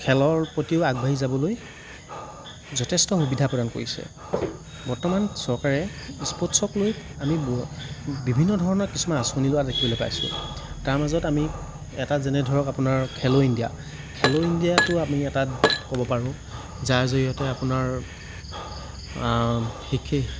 খেলৰ প্ৰতিও আগবাঢ়ি যাবলৈ যথেষ্ট সুবিধা প্ৰদান কৰিছে বৰ্তমান চৰকাৰে স্পৰ্টচক লৈ আমি বিভিন্ন ধৰণৰ কিছুমান আঁচনি লোৱা দেখিবলৈ পাইছোঁ তাৰ মাজত আমি এটা যেনে ধৰক আপোনাৰ খেল' ইণ্ডিয়া খেল' ইণ্ডিয়াটো আমি এটা ক'ব পাৰোঁ যাৰ জৰিয়তে আপোনাৰ